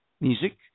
music